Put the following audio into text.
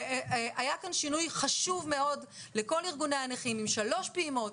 היה כאן שינוי חשוב מאוד לכל ארגוני הנכים עם שלוש פעימות,